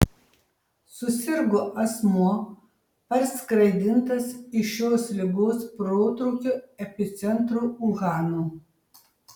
susirgo asmuo parskraidintas iš šios ligos protrūkio epicentro uhano